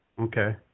okay